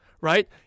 right